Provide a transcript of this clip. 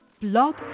blog